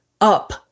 up